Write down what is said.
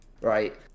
right